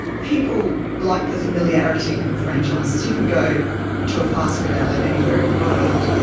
people like the familiarity of franchises. you can go to a fast food outlet anywhere in the world,